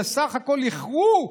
שבסך הכול איחרו,